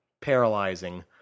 paralyzing